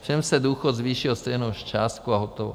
Všem se důchod zvýší o stejnou částku a hotovo.